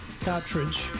cartridge